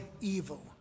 evil